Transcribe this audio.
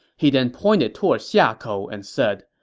he then pointed toward xiakou and said,